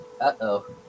uh-oh